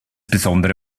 besondere